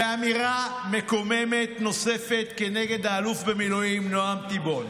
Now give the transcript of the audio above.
באמירה מקוממת נוספת כנגד האלוף במילואים נועם תיבון.